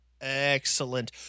Excellent